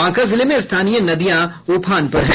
बांका जिले में स्थानीय नदियां उफान पर हैं